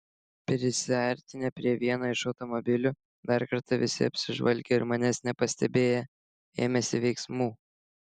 prisiartinę prie vieno iš automobilių dar kartą visi apsižvalgė ir manęs nepastebėję ėmėsi veiksmų